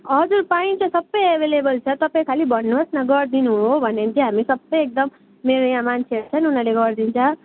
हजुर पाइन्छ सबै एभाइलेबल छ तपाईँ खालि भन्नुहोस् न गरिदिनु हो भन्यो भने चाहिँ हामी सबै एकदम मेरो यहाँ मान्छेहरू छ उनीहरूले गरिदिन्छ